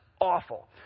awful